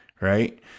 right